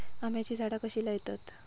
आम्याची झाडा कशी लयतत?